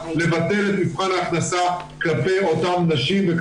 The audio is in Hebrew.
לבטל את מבחן ההכנסה כלפי אותן נשים וגם